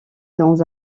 dans